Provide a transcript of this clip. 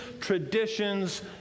traditions